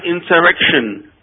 insurrection